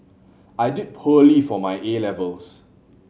I did poorly for my A levels